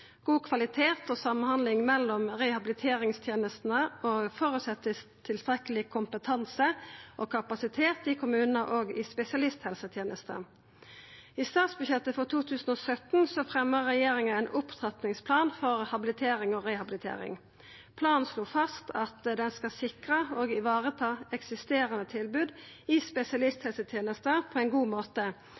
God kvalitet og samhandling mellom rehabiliteringstenestene føreset tilstrekkeleg kompetanse og kapasitet i kommunane og i spesialisthelsetenesta. I statsbudsjettet for 2017 fremma regjeringa ein Opptrappingsplan for habilitering og rehabilitering. Planen slo fast at ein skal sikra og vareta eksisterande tilbod i spesialisthelsetenesta på ein god måte